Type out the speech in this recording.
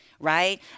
right